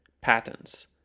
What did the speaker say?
Patents